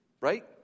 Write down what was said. Right